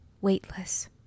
weightless